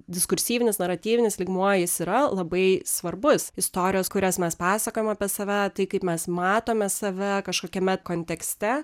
diskursyvinis naratyvinis lygmuo jis yra labai svarbus istorijos kurias mes pasakojame apie save tai kaip mes matome save kažkokiame kontekste